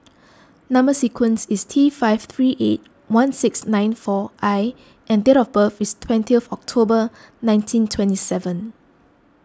Number Sequence is T five three eight one six nine four I and date of birth is twenty of October nineteen twenty seven